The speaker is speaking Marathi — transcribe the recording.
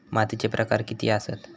मातीचे प्रकार किती आसत?